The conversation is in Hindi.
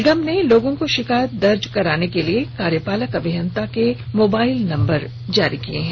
निगम ने लोगों को शिकायत दर्ज कराने के लिए कार्यपालक अभियंताओं के मोबाइल नम्बर जारी किए हैं